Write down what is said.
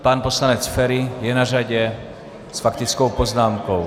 Pan poslanec Feri je na řadě s faktickou poznámkou.